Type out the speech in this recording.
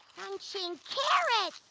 crunching carrots.